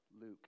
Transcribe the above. Luke